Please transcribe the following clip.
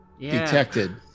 detected